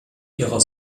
ihrer